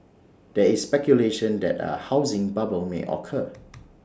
there is speculation that A housing bubble may occur